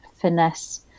finesse